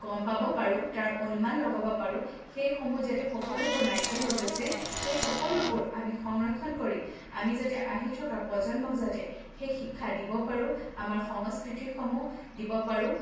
গম পাব পাৰোঁ তাৰ অনুমান লগাব পাৰোঁ সেইসমূহ যাতে সকলোবোৰ নাইকিয়া হৈ গৈছে সেই সকলোবোৰ আমি সংৰক্ষণ কৰি আমি যাতে আহি থকা প্ৰজন্মক যাতে সেই শিক্ষা দিব পাৰোঁ আমাৰ সংস্কৃতিসমূহ দিব পাৰোঁ